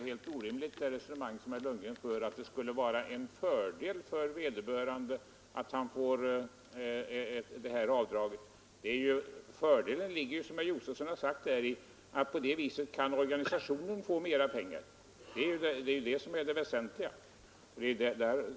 Herr talman! Det resonemang herr Lundgren för om att det skulle vara en fördel för givaren att han får avdragsrätt är helt orimligt. Fördelen ligger, som herr Josefson sade, däri att organisationen på det viset kan få mer pengar. Det är ju det som är det väsentliga.